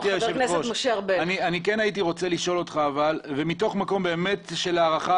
הייתי רוצה לשאול אותך מתוך מקום של הערכה